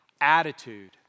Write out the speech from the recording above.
attitude